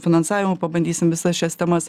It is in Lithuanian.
finansavimu pabandysim visas šias temas